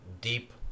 deep